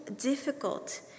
difficult